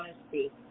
honesty